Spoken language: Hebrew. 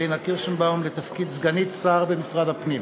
פניה קירשנבאום לתפקיד סגנית שר במשרד הפנים.